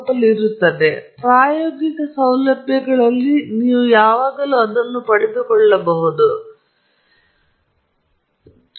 ಆದ್ದರಿಂದ ನಿಮ್ಮ ಎಲ್ಲಾ ಲ್ಯಾಬ್ಗಳಲ್ಲಿ ನೀವು ಪಡೆಯಬಹುದು ಪ್ರಾಯೋಗಿಕ ಸೌಲಭ್ಯಗಳಲ್ಲಿ ನೀವು ಯಾವಾಗಲೂ ಅದನ್ನು ಪಡೆದುಕೊಳ್ಳಬಹುದು ನಿಮ್ಮ ಪ್ರಯೋಗಾಲಯದಲ್ಲಿ ಇದು ಹೆಚ್ಚಾಗಿ ಇರುತ್ತದೆ ನೀವು ಯಾವಾಗಲೂ ಅದನ್ನು ಪಡೆದುಕೊಳ್ಳಬಹುದು